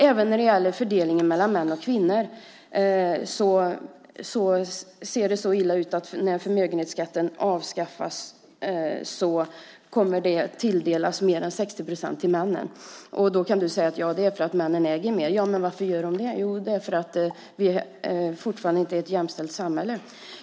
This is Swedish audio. Även när det gäller fördelningen mellan män och kvinnor ser det så illa ut att när förmögenhetsskatten avskaffas kommer mer än 60 procent att tilldelas männen. Du kan säga att det är för att männen äger mer, men varför gör de det? Jo, det är för att vi fortfarande inte har ett jämställt samhälle.